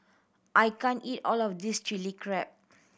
I can't eat all of this Chilli Crab